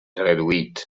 reduït